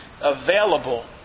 available